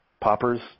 poppers